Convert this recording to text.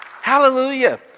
Hallelujah